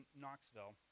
Knoxville